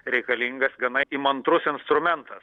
reikalingas gana įmantrus instrumentas